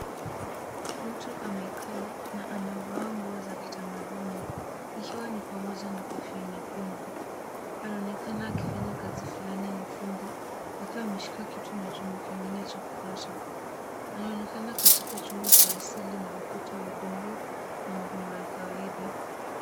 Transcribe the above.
Mtu amekaa na anavaa nguo za kitamaduni, ikiwa ni pamoja na kofia nyekundu. Anaonekana akifanya kazi fulani ya ufundi, akiwa ameshika kitu na chombo kingine cha kugasha. Anaonekana katika chumba cha asili na ukuta wa udongo na mapambo ya kawaida.